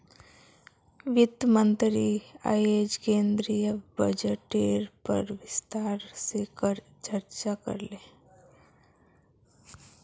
वित्त मंत्री अयेज केंद्रीय बजटेर पर विस्तार से चर्चा करले